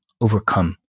overcome